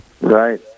Right